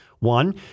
One